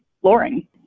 flooring